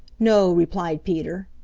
no, replied peter.